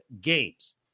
games